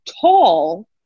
tall